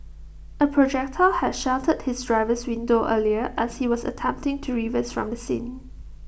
A projectile had shattered his driver's window earlier as he was attempting to reverse from the scene